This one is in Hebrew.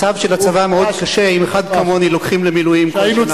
המצב של הצבא מאוד קשה אם אחד כמוני לוקחים למילואים כל שנה.